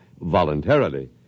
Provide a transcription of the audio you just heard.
voluntarily